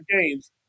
games